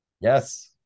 Yes